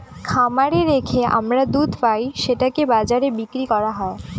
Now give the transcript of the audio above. খামারে রেখে আমরা দুধ পাই সেটাকে বাজারে বিক্রি করা হয়